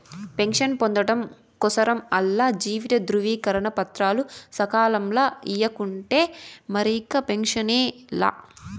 pension పొందడం కోసరం ఆల్ల జీవిత ధృవీకరన పత్రాలు సకాలంల ఇయ్యకుంటే మరిక పెన్సనే లా